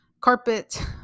carpet